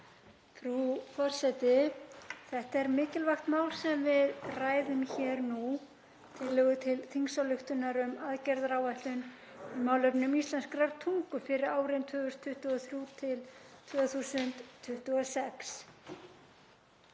Frú forseti. Þetta er mikilvægt mál sem við ræðum hér, tillaga til þingsályktunar um aðgerðaáætlun í málefnum íslenskrar tungu fyrir árin 2023–2026.